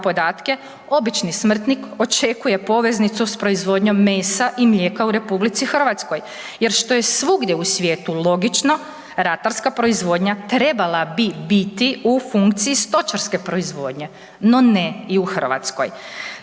obični smrtnik očekuje poveznicu s proizvodnjom mesa i mlijeka u RH jer što je svugdje u svijetu logično ratarska proizvodnja trebala bi biti u funkciji stočarske proizvodnje, no ne i u Hrvatskoj.